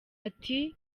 ati